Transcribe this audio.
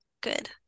good